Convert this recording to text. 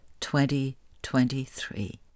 2023